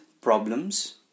problems